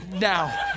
now